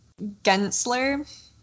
Gensler